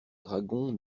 dragon